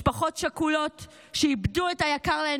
משפחות שכולות שאיבדו את היקר להן